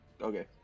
Okay